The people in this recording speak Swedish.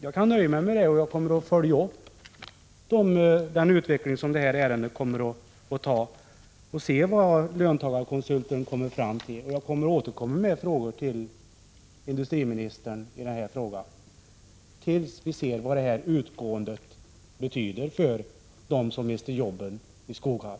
Jag kan nöja mig med det, men jag kommer att följa utvecklingen i detta ärende för att se vad löntagarkonsulten kommer fram till. Jag återkommer med frågor till industriministern tills vi ser vad som händer för dem som mister jobben i Skoghall.